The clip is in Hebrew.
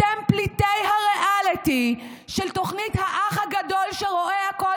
אתם פליטי הריאליטי של תוכנית "הגדול שרואה הכול",